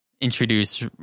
introduce